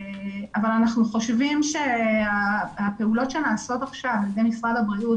אבל אנחנו חושבים שהפעולות שנעשות עכשיו על ידי משרד הבריאות